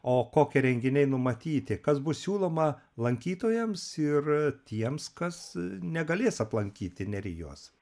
o kokie renginiai numatyti kas bus siūloma lankytojams ir tiems kas negalės aplankyti nerijos